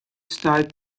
stuit